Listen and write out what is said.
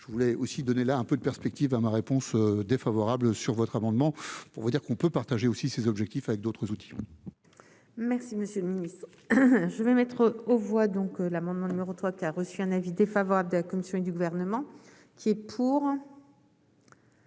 je voulais aussi donner là un peu de perspectives à ma réponse défavorable sur votre amendement, on va dire qu'on peut partager aussi ses objectifs avec d'autres outils. Merci, Monsieur le Ministre, je vais mettre aux voix, donc l'amendement numéro 3 qu'a reçu un avis défavorable de la Commission et du gouvernement qui est pour.